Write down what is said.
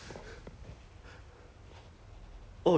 我我 I I was a passenger like I don't need to do